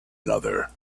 another